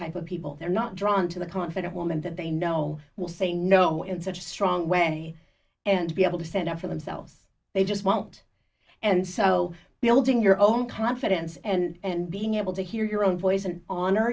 type of people they're not drawn to the confident woman that they know will say no in such a strong way and be able to stand up for themselves they just won't and so building your own confidence and being able to hear your own voi